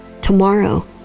tomorrow